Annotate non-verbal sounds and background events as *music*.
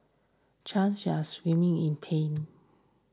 Chan *unintelligible* screaming in pain